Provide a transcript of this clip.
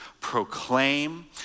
proclaim